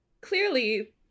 clearly